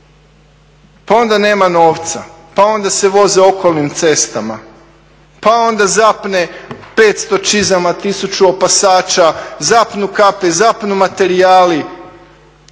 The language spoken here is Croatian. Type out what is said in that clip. Pa onda nema novaca, pa onda se voze okolnim cestama pa onda zapne 500 čizama, 100 opasača, zapnu kape, zapnu materijali,